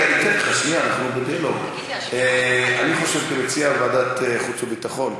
אני חושב שנציע ועדת חוץ וביטחון,